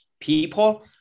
people